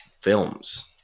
Films